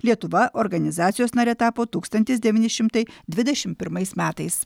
lietuva organizacijos nare tapo tūkstantis devyni šimtai dvidešim pirmais metais